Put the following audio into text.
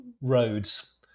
roads